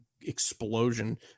explosion